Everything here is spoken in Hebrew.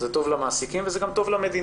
זה טוב למעסיקים וזה גם טוב למדינה.